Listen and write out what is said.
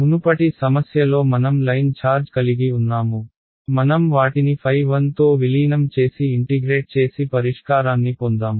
మునుపటి సమస్యలో మనం లైన్ ఛార్జ్ కలిగి ఉన్నాము మనం వాటిని ɸ1 తో విలీనం చేసి ఇంటిగ్రేట్ చేసి పరిష్కారాన్ని పొందాము